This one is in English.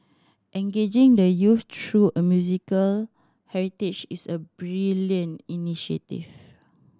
engaging the youth through a musical heritage is a brilliant initiative